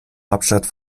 hauptstadt